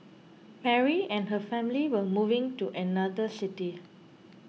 Mary and her family were moving to another city